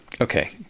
Okay